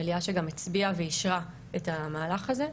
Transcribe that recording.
מליאה שגם הצביעה ואישרה את המהלך הזה.